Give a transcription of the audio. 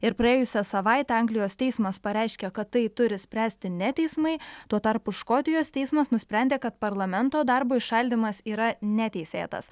ir praėjusią savaitę anglijos teismas pareiškė kad tai turi spręsti ne teismai tuo tarpu škotijos teismas nusprendė kad parlamento darbo įšaldymas yra neteisėtas